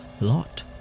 lot